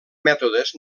mètodes